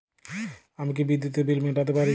আমি কি বিদ্যুতের বিল মেটাতে পারি?